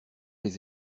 les